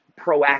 proactive